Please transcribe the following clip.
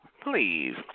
please